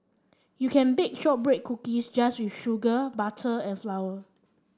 you can bake shortbread cookies just with sugar butter and flour